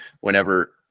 whenever